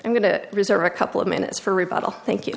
i'm going to reserve a couple of minutes for rebuttal thank you